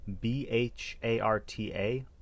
B-H-A-R-T-A